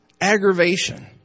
aggravation